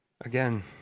again